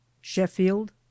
Sheffield